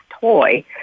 toy